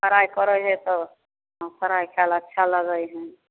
fry करै हइ तब हँ फ्राइ कएल अच्छा लागै हइ